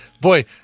Boy